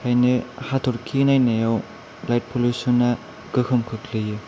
ओंखायनो हाथरखि नायनायाव लाइट पलिउसन गोहो खोख्लैयो